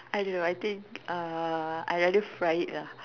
I don't know I think uh I'd rather fry it lah